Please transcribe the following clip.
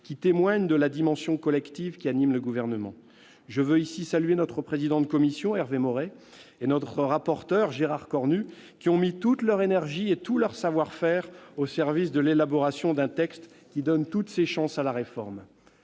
qui témoigne de la dimension collective qui anime le Gouvernement. Je veux aussi saluer notre président de commission, Hervé Maurey, et notre rapporteur, Gérard Cornu, qui ont mis toute leur énergie et tout leur savoir-faire au service de l'élaboration d'un texte qui donne toutes ses chances à la réforme.